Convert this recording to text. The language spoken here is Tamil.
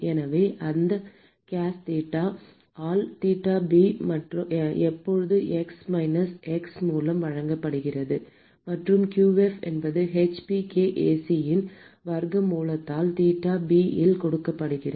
எனவே அந்த கேஸ் தீட்டா ஆல் தீட்டா பி என்பது எக்ஸ் மைனஸ் எம்எக்ஸ் மூலம் வழங்கப்படுகிறது மற்றும் qf என்பது hPkAc இன் வர்க்க மூலத்தால் தீட்டா b இல் கொடுக்கப்படுகிறது